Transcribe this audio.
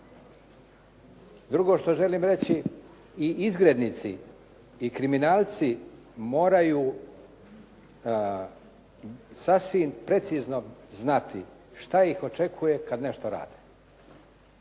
Drugo što želim reći i izgrednici i kriminalci moraju sasvim precizno znati šta ih očekuje kad nešto rade.